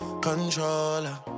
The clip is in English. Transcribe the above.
controller